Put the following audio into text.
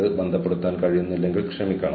ഒരുപക്ഷേ നിങ്ങൾ ഫ്രില്ലുകൾ കുറയ്ക്കും